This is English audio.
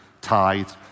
tithed